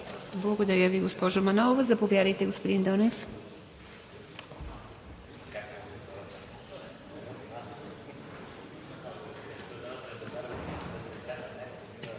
Благодаря Ви, госпожо Манолова. Заповядайте, господин Донев.